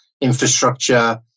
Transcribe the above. Infrastructure